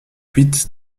huit